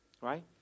right